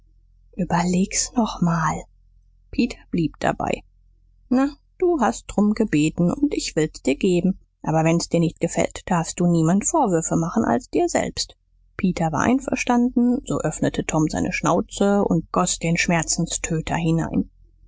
überleg's noch mal peter blieb dabei na du hast drum gebeten und ich will's dir geben aber wenn's dir nicht gefällt darfst du niemand vorwürfe machen als dir selbst peter war einverstanden so öffnete tom seine schnauze und goß den schmerzenztöter hinein